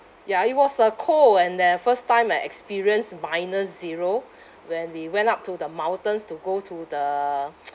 ya it was uh cold and then first time I experienced minus zero when we went up to the mountains to go to the